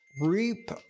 reap